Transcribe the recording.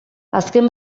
azken